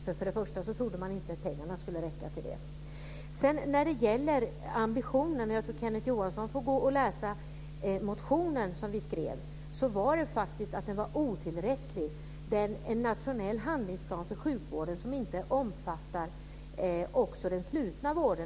Man trodde inte att pengarna skulle räcka till det. När det gäller ambitionen får Kenneth Johansson läsa den motion som vi skrev och där det står att den nationella handlingsplan för sjukvården är otillräcklig som inte omfattar också den slutna vården.